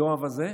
היואב הזה,